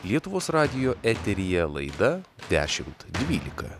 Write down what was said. lietuvos radijo eteryje laida dešimt dvylika